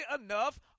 enough